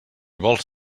vols